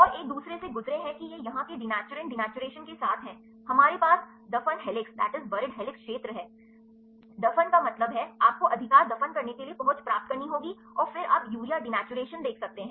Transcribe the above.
और एक दूसरे से गुज़रे हैं कि यह यहाँ के दिनैचुरैंट दिनैचुरैशन के साथ है हमारे पास दफन हैलिक्स क्षेत्र है दफन का मतलब है आपको अधिकार दफन करने के लिए पहुँच प्राप्त करनी होगी और फिर आप यूरिया दिनैचुरैशन देख सकते हैं